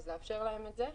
לאפשר להם את זה.